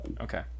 Okay